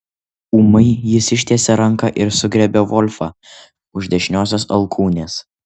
ūmai jis ištiesė ranką ir sugriebė volfą už dešiniosios alkūnės